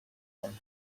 ubuntu